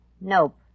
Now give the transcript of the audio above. nope